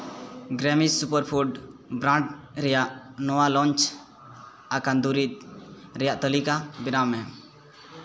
ᱜᱨᱟᱢᱤ superfood brand ᱨᱮᱭᱟᱜ ᱱᱚᱣᱟ launch ᱟᱠᱟᱱ ᱫᱩᱨᱤᱵ ᱨᱮᱭᱟᱜ ᱛᱟᱹᱞᱤᱠᱟ ᱵᱮᱱᱟᱣ ᱢᱮ